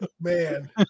Man